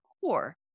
core